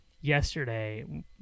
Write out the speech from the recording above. yesterday